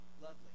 lovely